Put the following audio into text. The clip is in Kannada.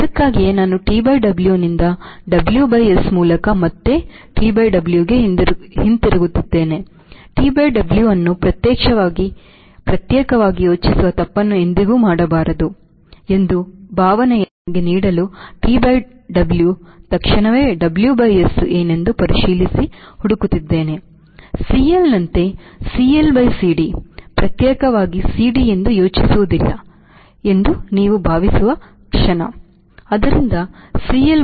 ಅದಕ್ಕಾಗಿಯೇ ನಾನು TW ನಿಂದ WS ಮೂಲಕ ಮತ್ತೆ TW ಗೆ ಹಿಂತಿರುಗುತ್ತಿದ್ದೇನೆ TW ಅನ್ನು ಪ್ರತ್ಯೇಕವಾಗಿ ಯೋಚಿಸುವ ತಪ್ಪನ್ನು ಎಂದಿಗೂ ಮಾಡಬಾರದು ಎಂಬ ಭಾವನೆಯನ್ನು ನಿಮಗೆ ನೀಡಲು TW ತಕ್ಷಣವೇ WS ಏನೆಂದು ಪರಿಶೀಲಿಸಿ ಹುಡುಕುತ್ತಿದ್ದೇನೆ CL ನಂತೆ CLCD ಪ್ರತ್ಯೇಕವಾಗಿ ಸಿಡಿ ಎಂದು ಯೋಚಿಸುವುದಿಲ್ಲ ಎಂದು ನೀವು ಭಾವಿಸುವ ಕ್ಷಣ